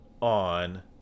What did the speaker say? on